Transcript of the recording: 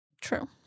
true